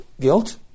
guilt